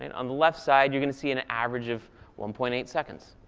and on the left side, you're going to see in an average of one point eight seconds.